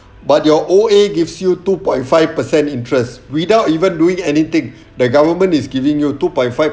but your O_A gives you two point five percent interest without even doing anything the government is giving you two point five